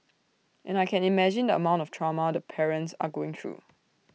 and I can imagine the amount of trauma the parents are going through